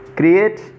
Create